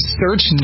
search